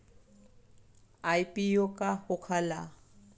IPO का होखेला?